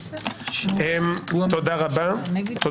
תודה רבה.